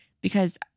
Because-